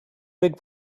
big